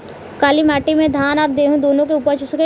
काली माटी मे धान और गेंहू दुनो उपज सकेला?